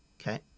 Okay